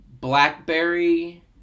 blackberry